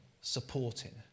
supporting